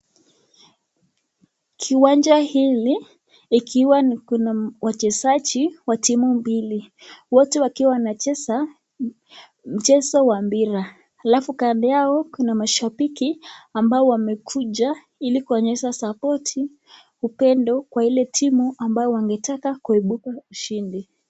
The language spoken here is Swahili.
Kiwanja hili ikiwa kuna wachezaji wa timu mbili, wote wakiwa wanacheza mchezo wa mpira, halafu kando yao kuna mashabiki ambao wamekuja ili kuonyesha sapoti, upendo kwa ile timu ambayo wangetaka kuibuka ushindi.